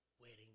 wedding